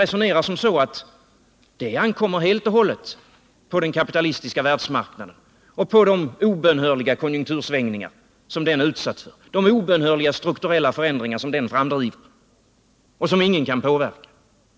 Man menar att det ankommer helt och hållet på den kapitalistiska världsmarknaden och på de obönhörliga konjunktursvängningar som den är utsatt för, de obönhörliga strukturella förändringar som den framdriver och som ingen kan påverka.